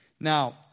Now